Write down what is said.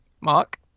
mark